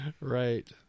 right